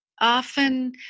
often